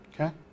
Okay